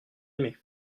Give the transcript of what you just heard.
aimé